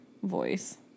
voice